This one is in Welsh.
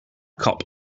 cop